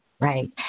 Right